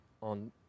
on